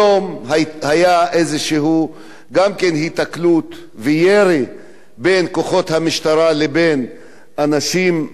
היום היתה איזו היתקלות וירי בין כוחות המשטרה לבין אנשים,